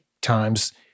times